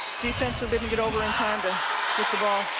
defense so didn't get over in time to get the ball.